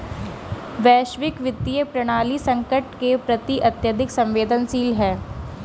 वैश्विक वित्तीय प्रणाली संकट के प्रति अत्यधिक संवेदनशील है